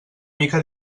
mica